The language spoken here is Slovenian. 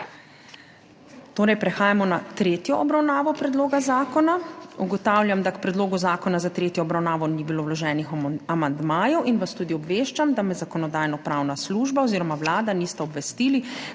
ne. Prehajamo na **tretjo obravnavo** predloga zakona. Ugotavljam, da k predlogu zakona za tretjo obravnavo ni bilo vloženih amandmajev in vas tudi obveščam, da me Zakonodajno-pravna služba oziroma Vlada nista obvestili,